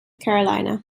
carolina